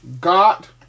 got